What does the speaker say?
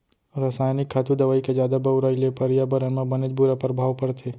रसायनिक खातू, दवई के जादा बउराई ले परयाबरन म बनेच बुरा परभाव परथे